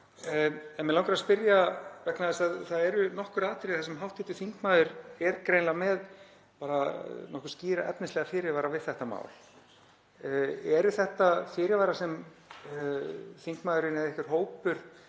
En mig langar að spyrja, vegna þess að það eru nokkur atriði þar sem hv. þingmaður er greinilega með bara nokkuð skýra, efnislegan fyrirvara við þetta mál: Eru þetta fyrirvarar sem þingmaðurinn eða einhver hópur